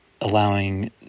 allowing